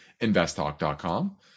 investtalk.com